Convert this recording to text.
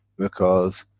because,